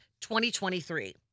2023